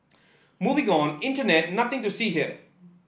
move on internet nothing to see here